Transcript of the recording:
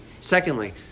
Secondly